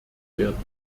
werden